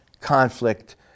conflict